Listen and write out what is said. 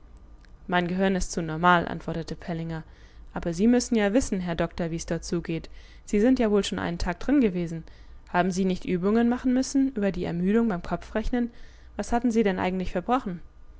mein gehirn ist zu normal antwortete pellinger aber sie müssen ja wissen herr doktor wie's dort zugeht sie sind ja wohl schon einen tag drin gewesen haben sie nicht übungen machen müssen über die ermüdung beim kopfrechnen was hatten sie denn eigentlich verbrochen